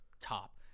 top